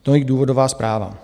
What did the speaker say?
Tolik důvodová zpráva.